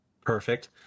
Perfect